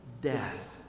death